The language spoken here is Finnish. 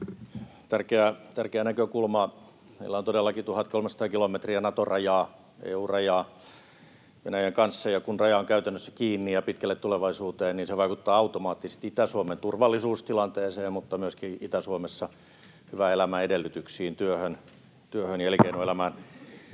Tärkeä näkökulma. Meillä on todellakin 1 300 kilometriä Nato-rajaa, EU-rajaa Venäjän kanssa. Ja kun raja on käytännössä kiinni pitkälle tulevaisuuteen, niin se vaikuttaa automaattisesti Itä-Suomen turvallisuustilanteeseen mutta myöskin Itä-Suomessa hyvän elämän edellytyksiin, työhön ja elinkeinoelämään.